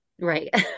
Right